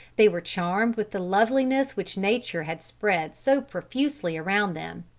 they were charmed with the loveliness which nature had spread so profusely around them.